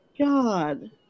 god